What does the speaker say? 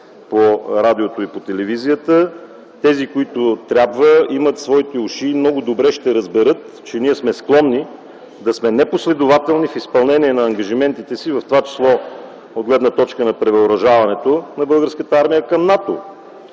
по радиото и по телевизията, тези, които трябва, имат своите уши и много добре ще разберат, че ние сме склонни да сме непоследователни в изпълнение на ангажиментите си, в това число от гледна точка на превъоръжаването на Българската армия към НАТО.